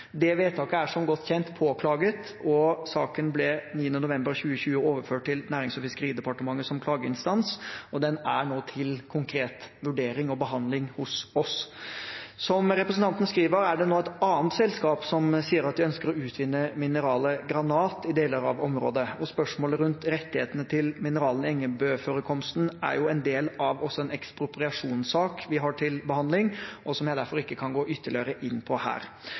Det vedtaket er, som godt kjent, påklaget. Saken ble 9. november 2020 overført til Nærings- og fiskeridepartementet som klageinstans, og den er nå til konkret vurdering og behandling hos oss. Som representanten skriver, er det nå et annet selskap som sier at de ønsker å utvinne mineralet granat i deler av området. Spørsmålet rundt rettighetene til mineralene i Engebø-forekomsten er også en del av en ekspropriasjonssak vi har til behandling, og som jeg derfor ikke kan gå ytterligere inn på her.